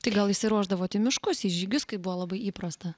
tai gal išsiruošdavot į miškus į žygius kai buvo labai įprasta